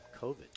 COVID